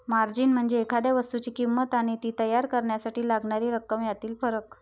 margin म्हणजे एखाद्या वस्तूची किंमत आणि ती तयार करण्यासाठी लागणारी रक्कम यातील फरक